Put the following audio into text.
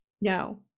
no